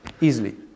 easily